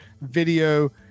video